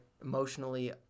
emotionally